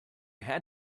had